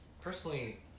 personally